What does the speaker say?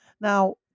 Now